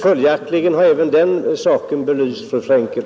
Följaktligen har även den saken belysts, fru Frenkel.